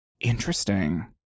interesting